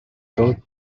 told